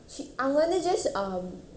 she அவுங்க வந்து:avunga vanthu just um